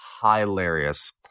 hilarious